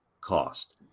cost